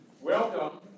welcome